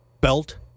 belt